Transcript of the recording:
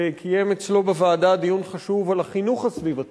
שקיים אצלו בוועדה דיון חשוב על החינוך הסביבתי.